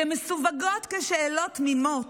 שמסווגות כשאלות תמימות,